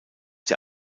der